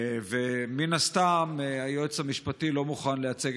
ומן הסתם היועץ המשפטי לא מוכן לייצג